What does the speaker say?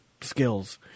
skills